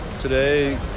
today